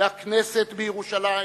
לכנסת בירושלים,